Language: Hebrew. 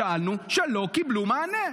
שאלו ולא קיבלו מענה.